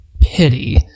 pity